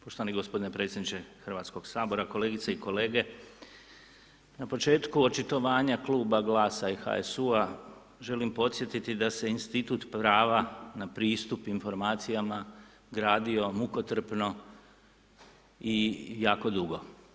Poštovani gospodine predsjedniče Hrvatskog sabora, kolegice i kolege, na početku očitovanja Kluba GLAS-a i HSU-a želim podsjetiti da se institut prava na pristup informacijama gradio mukotrpno i jako dugo.